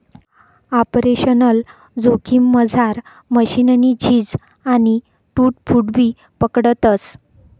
operational जोखिममझार मशीननी झीज आणि टूट फूटबी पकडतस